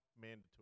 mandatory